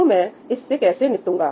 तो मैं इससे कैसे निपटूंगा